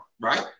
right